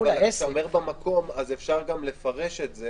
כשאתה אומר "במקום" אפשר גם לפרש את זה